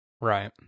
right